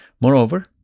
moreover